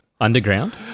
Underground